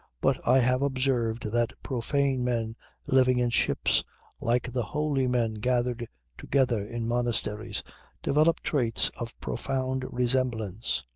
but i have observed that profane men living in ships like the holy men gathered together in monasteries develop traits of profound resemblance.